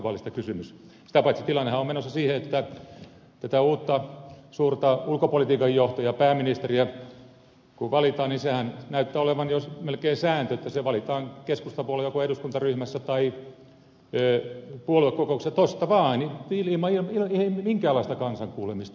sitä paitsi tilannehan on menossa siihen että kun valitaan tätä uutta suurta ulkopolitiikan johtajaa pääministeriä niin sehän näyttää jo olevan melkein sääntö että se valitaan keskusta puolueen joko eduskuntaryhmässä tai puoluekokouksessa tuosta vaan ilman minkäänlaista kansan kuulemista